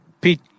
Pete